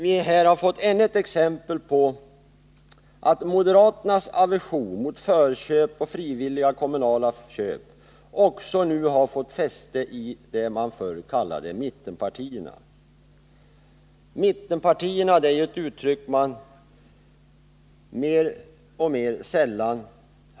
Vi har här fått ännu ett exempel på att moderaternas aversion mot förköp och frivilliga kommunala köp nu har fått fotfäste i det man förr kallade mittenpartierna. Uttrycket mittenpartierna hör vi nu för tiden mer och mer sällan.